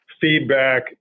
feedback